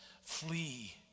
flee